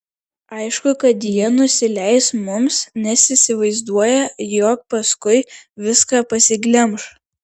aišku kad jie nusileis mums nes įsivaizduoja jog paskui viską pasiglemš